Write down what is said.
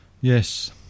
Yes